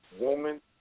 woman